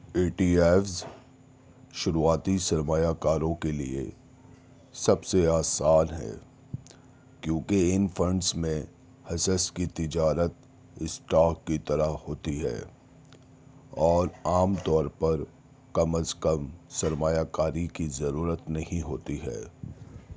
ای T ایز شروعاتی سرمایہ کاروں کے لیے سب سے آسان ہے کیونکہ ان فنڈس میں حصص کی تجارت اسٹاک کی طرح ہوتی ہے اور عام طور پر کم از کم سرمایہ کاری کی ضرورت نہیں ہوتی ہے